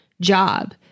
job